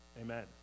amen